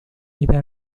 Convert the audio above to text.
اذا